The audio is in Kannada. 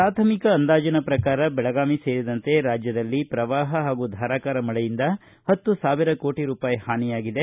ಪ್ರಾಥಮಿಕ ಅಂದಾಜಿನ ಪ್ರಕಾರ ಬೆಳಗಾವಿ ಸೇರಿದಂತೆ ರಾಜ್ಯದಲ್ಲಿ ಪ್ರವಾಪ ಹಾಗೂ ಧಾರಾಕಾರ ಮಳೆಯಿಂದ ಪತ್ತು ಸಾವಿರ ಕೋಟ ರೂಪಾಯಿ ಹಾನಿಯಾಗಿದೆ